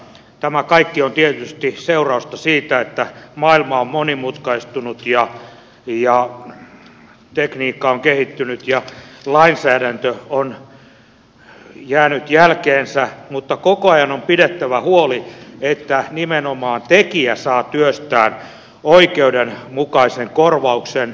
tämä kaikki on tietysti seurausta siitä että maailma on monimutkaistunut ja tekniikka on kehittynyt ja lainsäädäntö on jäänyt jälkeen mutta koko ajan on pidettävä huoli että nimenomaan tekijä saa työstään oikeudenmukaisen korvauksen